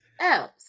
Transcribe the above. else